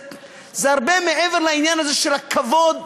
זה הרבה מעבר לעניין הזה של הכבוד,